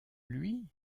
lui